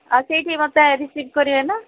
ଆଉ ସେଇଠି ମୋତେ ରିସିଭ କରିବେ ନା